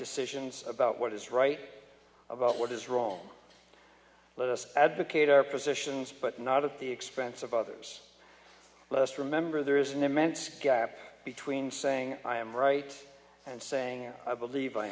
decisions about what is right about what is wrong let us advocate our positions but not at the expense of others lest remember there is an immense gap between saying i am right and saying i believe i